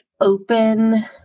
open